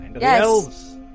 Yes